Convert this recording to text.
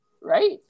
right